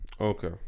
Okay